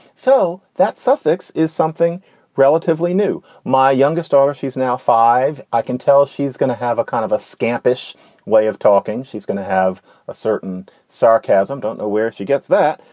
so that suffix is something relatively new. my youngest daughter, she's now five. i can tell she's gonna have a kind of a scamp ish way of talking. she's gonna have a certain sarcasm. don't know where she gets that.